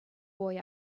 boy